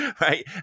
right